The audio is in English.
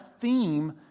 theme